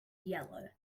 yellow